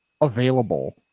available